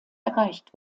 erreicht